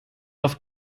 auf